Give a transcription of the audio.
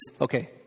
Okay